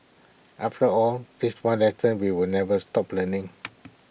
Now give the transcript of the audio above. after all this one lesson we will never stop learning